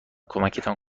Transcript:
کمکتان